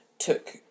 took